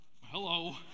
hello